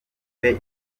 itere